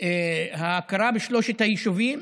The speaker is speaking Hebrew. ההכרה בשלושת היישובים.